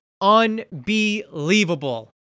unbelievable